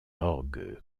orgue